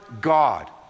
God